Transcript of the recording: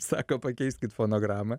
sako pakeiskit fonogramą